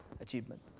achievement